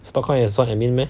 stock count 也算 admin meh